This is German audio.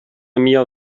mir